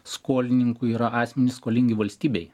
skolininkų yra asmenys skolingi valstybei